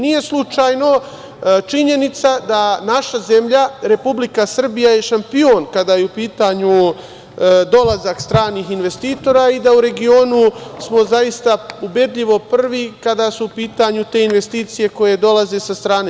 Nije slučajno činjenica da je naša zemlja, Republika Srbija, šampion kada je u pitanju dolazak stranih investitora i da u regionu smo zaista ubedljivo prvi kada su pitanju te investicije koje dolaze sa strane.